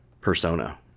persona